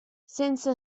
sense